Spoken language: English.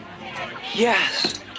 yes